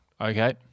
okay